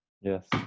Yes